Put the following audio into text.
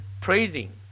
praising